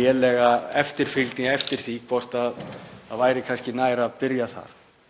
lélega eftirfylgni með því, hvort það væri kannski nær að byrja þar